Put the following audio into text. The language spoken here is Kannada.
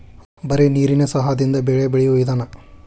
ಬರೇ ನೇರೇನ ಸಹಾದಿಂದ ಬೆಳೆ ಬೆಳಿಯು ವಿಧಾನಾ